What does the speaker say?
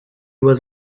was